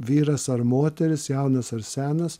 vyras ar moteris jaunas ar senas